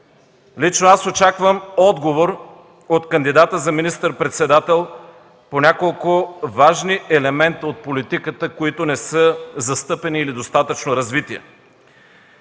Лично аз очаквам отговор от кандидата за министър председател по няколко важни елемента от политиката, които не са застъпени или достатъчно развити.